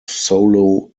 solo